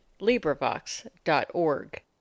LibriVox.org